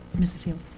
mrs. healy?